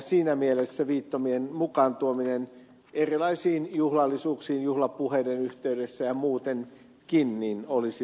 siinä mielessä viittomien mukaan tuominen erilaisiin juhlallisuuksiin juhlapuheiden yhteydessä ja muutenkin olisi paikallaan